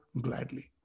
gladly